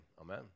Amen